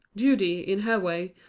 judy, in her way,